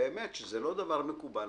באמת שזה לא דבר מקובל.